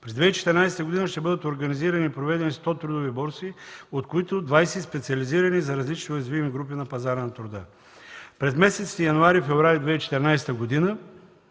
През 2014 г. ще бъдат организирани и проведени 100 трудови борси, от които 20 специализирани за различни уязвими групи на пазара на труда. През месеците януари и февруари 2014 г. на